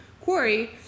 quarry